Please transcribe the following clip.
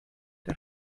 der